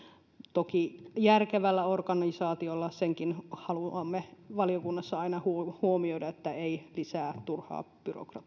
toki järkevällä organisaatiolla senkin haluamme valiokunnassa aina huomioida että ei lisää turhaa byrokratiaa